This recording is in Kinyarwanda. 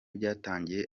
byatangiye